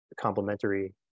complementary